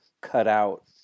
cutout